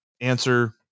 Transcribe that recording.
answer